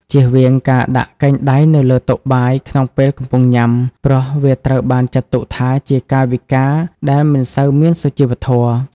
ចៀសវាងការដាក់កែងដៃនៅលើតុបាយក្នុងពេលកំពុងញ៉ាំ ព្រោះវាត្រូវបានចាត់ទុកថាជាកាយវិការដែលមិនសូវមានសុជីវធម៌។